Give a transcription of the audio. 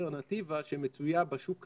מהאלטרנטיבה שמצויה בשוק כרגע.